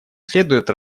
следует